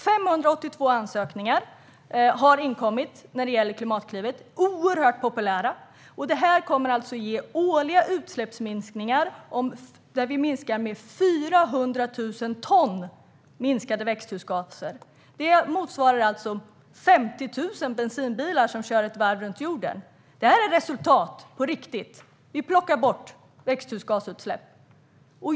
582 ansökningar har inkommit när det gäller Klimatklivet. Det är oerhört populärt och kommer att ge årliga utsläppsminskningar på 400 000 ton växthusgaser. Det motsvarar 50 000 bensinbilar som kör ett varv runt jorden. Det här är resultat på riktigt. Vi plockar bort växthusgasutsläpp.